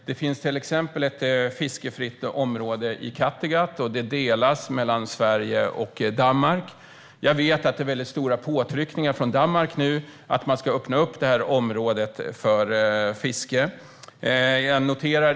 Det finns till exempel ett fiskefritt område i Kattegatt som delas mellan Sverige och Danmark. Jag vet att det nu sker stora påtryckningar från Danmark för att öppna upp området för fiske.